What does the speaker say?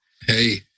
Hey